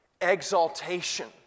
exaltation